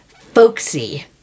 folksy